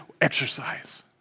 exercise